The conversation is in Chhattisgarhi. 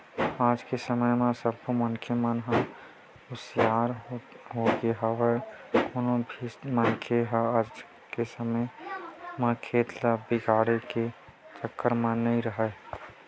आज के समे म सब मनखे मन ह हुसियार होगे हवय कोनो भी मनखे ह आज के समे म खेत ल बिगाड़े के चक्कर म नइ राहय